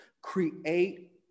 create